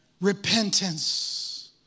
Repentance